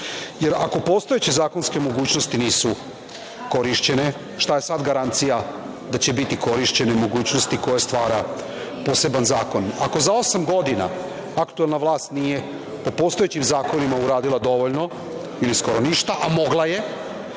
jer ako postojeće zakonske mogućnosti nisu korišćene, šta je sad garancija da će biti korišćene mogućnosti koje stvara poseban zakon? Ako za osam godina aktuelna vlast nije po postojećim zakonima uradila dovoljno ili skoro ništa, a mogla je,